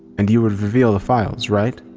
and you would reveal the files, right?